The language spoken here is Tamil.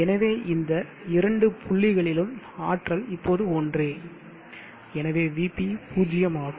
எனவே இந்த இரண்டு புள்ளிகளிலும் ஆற்றல் இப்போது ஒன்றே எனவே Vp பூஜ்ஜியமாகும்